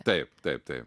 taip taip taip